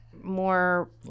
more